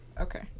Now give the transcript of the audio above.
Okay